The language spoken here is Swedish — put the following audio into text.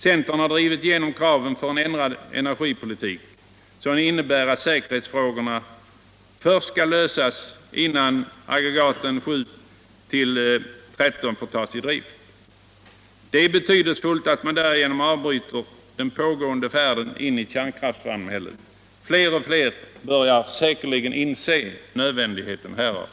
Centern har drivit igenom kravet på en ändrad energipolitik som innebär att säkerhetsfrågorna först skall lösas innan aggregaten 7—-13 får tas i drift. Det är betydelsefullt att man därigenom avbryter den pågående färden in i kärnkraftssamhället. Fler och fler börjar säkerligen inse nödvändigheten härav.